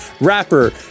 rapper